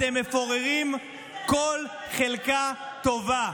אתם מפוררים כל חלקה טובה.